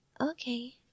Okay